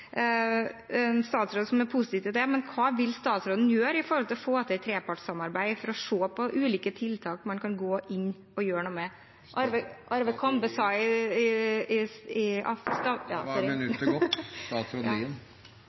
en statsråd som er positiv til å bidra. Men hva vil statsråden gjøre for å få til et trepartssamarbeid, for å se på ulike tiltak man kan gå inn og gjøre noe med? Representanten Arve Kambe sa